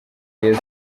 rayon